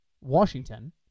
Washington